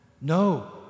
No